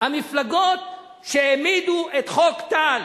המפלגות שהעמידו את חוק טל